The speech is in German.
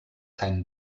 keinen